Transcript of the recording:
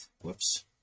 whoops